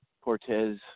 Cortez